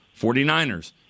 49ers